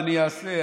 אני אעשה,